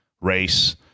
race